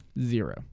Zero